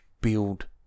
build